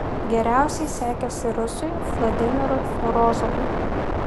geriausiai sekėsi rusui vladimirui morozovui